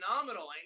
phenomenal